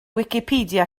wicipedia